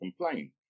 complain